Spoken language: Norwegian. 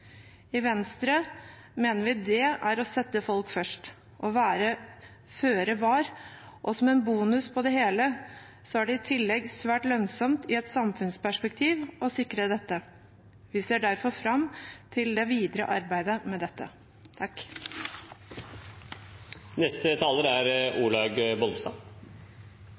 I Venstre mener vi det er å sette folk først og å være føre var, og som en bonus på det hele er det i tillegg svært lønnsomt i et samfunnsperspektiv å sikre dette. Vi ser derfor fram til det videre arbeidet med dette. Kristelig Folkeparti er